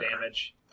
damage